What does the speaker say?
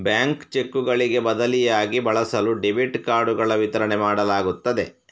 bank ಚೆಕ್ಕುಗಳಿಗೆ ಬದಲಿಯಾಗಿ ಬಳಸಲು ಡೆಬಿಟ್ ಕಾರ್ಡುಗಳ ವಿತರಣೆ ಮಾಡಲಾಗುತ್ತದೆ